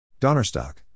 Donnerstock